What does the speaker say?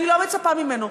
אני לא מצפה ממנו.